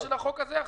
לא.